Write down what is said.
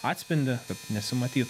atspindį kad nesimatytų